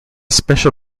special